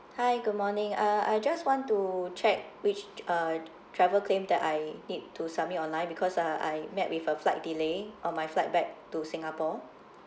hi good morning uh I just want to check which uh travel claim that I need to submit online because uh I met with a flight delay on my flight back to singapore